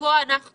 ופה אנחנו